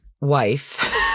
wife